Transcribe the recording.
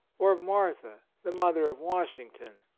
or of martha, the mother of wash ington.